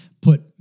put